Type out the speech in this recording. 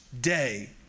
day